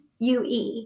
UE